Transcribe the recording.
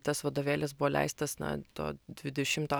tas vadovėlis buvo leistas na to dvidešimto